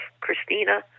Christina